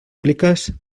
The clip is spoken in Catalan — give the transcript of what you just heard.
pliques